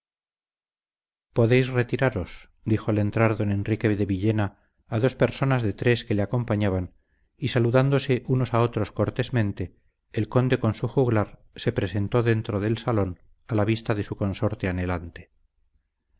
podéis retiraros dijo al entrar don enrique de villena a dos personas de tres que le acompañaban y saludándose unos a otros cortésmente el conde con su juglar se presentó dentro del salón a la vista de su consorte anhelante